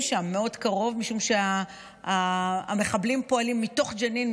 שם מאוד קרוב משום שהמחבלים פועלים מתוך ג'נין,